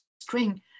string